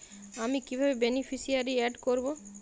আমি কিভাবে beneficiary add করব?